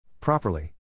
Properly